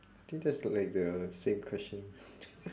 I think that's th~ like the same question